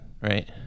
right